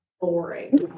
boring